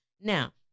Now